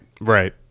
Right